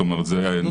זאת אומרת -- אדוני,